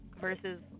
versus